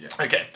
Okay